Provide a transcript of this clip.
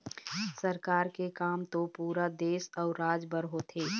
सरकार के काम तो पुरा देश अउ राज बर होथे